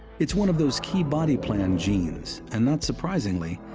it's one of those key body-plan genes and, not surprisingly,